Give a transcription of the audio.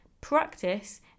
Practice